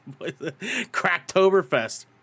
cracktoberfest